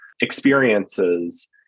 experiences